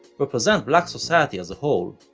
represent black society as a whole,